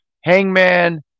Hangman